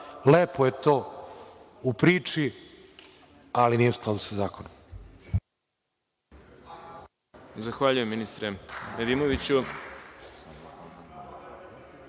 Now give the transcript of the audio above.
Lepo je to u priči, ali nije u skladu sa zakonom.